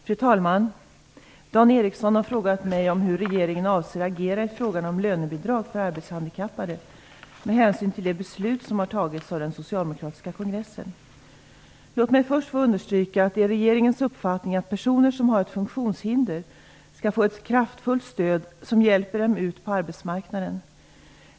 Fru talman! Dan Ericsson har frågat mig om hur regeringen avser agera i frågan om lönebidrag för arbetshandikappade, med hänsyn till det beslut som har tagits av den socialdemokratiska kongressen. Låt mig först få understryka att det är regeringens uppfattning att personer som har ett funktionshinder skall få ett kraftfullt stöd som hjälper dem ut på arbetsmarknaden.